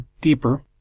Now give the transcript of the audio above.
deeper